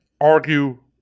argue